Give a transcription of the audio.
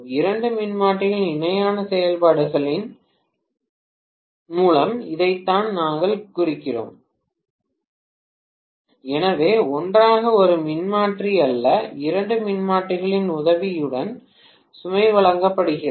இரண்டு மின்மாற்றிகளின் இணையான செயல்பாட்டின் மூலம் இதைத்தான் நாங்கள் குறிக்கிறோம் எனவே ஒன்றாக ஒரு மின்மாற்றி அல்ல இரண்டு மின்மாற்றிகளின் உதவியுடன் சுமை வழங்கப்படுகிறது